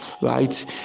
right